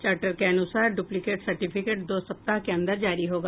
charter के अनुसार duplicate certificate दो सप्ताह के अंदर जारी होगा